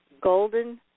golden